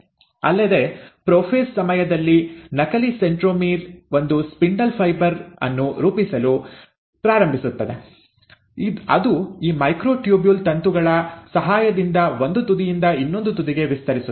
ಅಲ್ಲದೆ ಪ್ರೊಫೇಸ್ ಸಮಯದಲ್ಲಿ ನಕಲಿ ಸೆಂಟ್ರೊಮೀರ್ ಒಂದು ಸ್ಪಿಂಡಲ್ ಫೈಬರ್ ಅನ್ನು ರೂಪಿಸಲು ಪ್ರಾರಂಭಿಸುತ್ತದೆ ಅದು ಈ ಮೈಕ್ರೊಟ್ಯೂಬ್ಯೂಲ್ ತಂತುಗಳ ಸಹಾಯದಿಂದ ಒಂದು ತುದಿಯಿಂದ ಇನ್ನೊಂದು ತುದಿಗೆ ವಿಸ್ತರಿಸುತ್ತದೆ